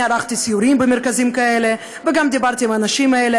ערכתי סיורים במרכזים כאלה וגם דיברתי עם האנשים האלה,